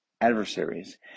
adversaries